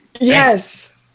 Yes